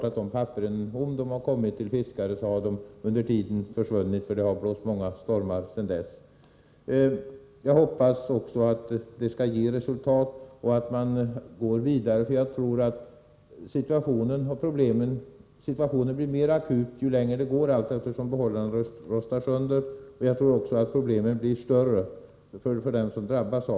Om de papperen har kommit ut till fiskare, har de nog under tiden försvunnit, för det har blåst många stormar sedan dess. Jag hoppas också att arbetet skall ge resultat och att man går vidare. Jag tror att situationen kommer att bli mer akut ju längre tiden går, allteftersom behållarna rostar sönder. Jag tror också att problemen blir större för dem som drabbas.